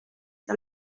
del